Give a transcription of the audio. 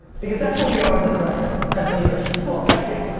because that's where we are as a collective as leaders. cool, thank you.